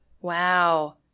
Wow